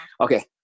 okay